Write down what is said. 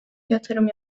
yatırım